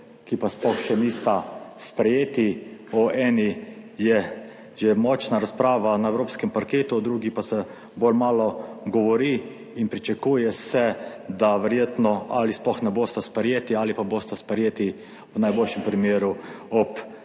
ki pa sploh še nista sprejeti. O eni je že močna razprava na evropskem parketu, o drugi pa se bolj malo govori in pričakuje se, da verjetno ali sploh ne bosta sprejeti ali pa bosta sprejeti v najboljšem primeru ob